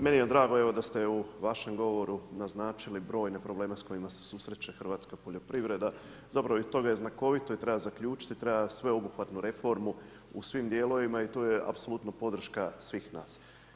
Meni je drago evo da ste u vašem govoru naznačili brojne probleme s kojima se susreće hrvatska poljoprivreda, zapravo iz toga je znakovito i zaključiti, treba sveobuhvatnu reformu u svim dijelovima i tu je apsolutno podrška svih nas.